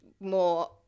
more